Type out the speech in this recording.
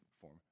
form